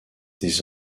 des